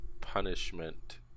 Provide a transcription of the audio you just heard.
punishment